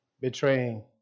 betraying